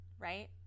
right